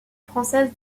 française